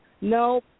No